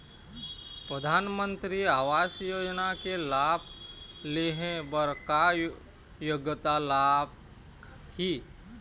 परधानमंतरी आवास योजना के लाभ ले हे बर का योग्यता लाग ही?